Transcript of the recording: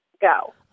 go